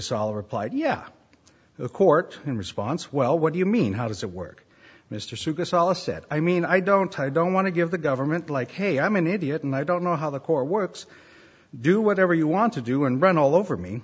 supercell replied yeah a court in response well what do you mean how does it work mr suga solace said i mean i don't i don't want to give the government like hey i'm an idiot and i don't know how the court works do whatever you want to do and run all over me